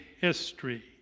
history